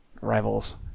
rivals